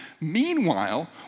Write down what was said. Meanwhile